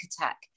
attack